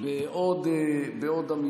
אני אסיים בעוד אמירה